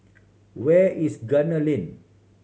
where is Gunner Lane